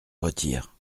retire